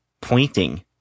pointing